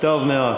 טוב מאוד.